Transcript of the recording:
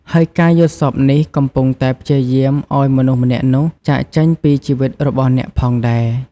ហើយការយល់សបិ្តនេះកំពុងតែព្យាយាម ឲ្យមនុស្សម្នាក់នោះ ចាកចេញពីជីវិតរបស់អ្នកផងដែរ។